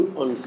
on